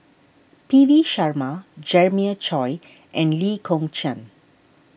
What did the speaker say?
P V Sharma Jeremiah Choy and Lee Kong Chian